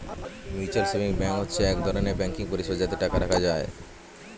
mutual savings bank হচ্ছে এক ধরনের ব্যাঙ্কিং পরিষেবা যাতে টাকা রাখা যায়